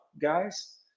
guys